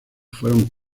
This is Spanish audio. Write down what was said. fueron